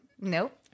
Nope